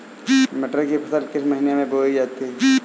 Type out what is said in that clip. मटर की फसल किस महीने में बोई जाती है?